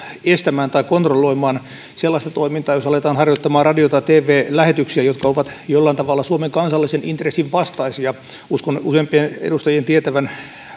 estämään tai kontrolloimaan sellaista toimintaa jos aletaan harjoittamaan radio tai tv lähetyksiä jotka ovat jollain tavalla suomen kansallisen intressin vastaisia uskon useimpien edustajien tietävän